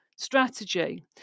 Strategy